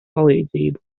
palīdzību